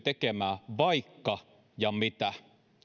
tekemään vaikka ja mitä